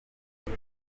ati